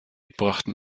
brachten